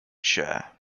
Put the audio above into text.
share